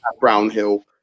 Brownhill